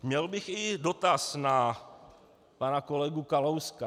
Měl bych i dotaz na pana kolegu Kalouska.